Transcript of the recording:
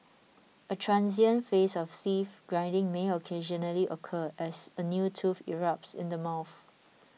a transient phase of grinding may occasionally occur as a new tooth erupts in the mouth